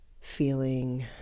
feeling